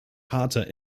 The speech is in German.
harter